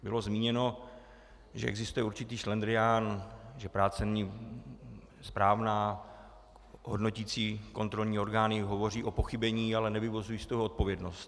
Bylo zmíněno, že existuje určitý šlendrián, že práce není správná, hodnoticí kontrolní orgány hovoří o pochybení, ale nevyvozují z toho odpovědnost.